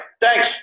Thanks